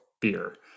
beer